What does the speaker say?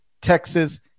Texas